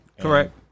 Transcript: Correct